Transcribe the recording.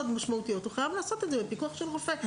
משמעותיות הוא חייב לעשות את זה בפיקוח של רופא.